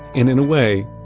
and in a way,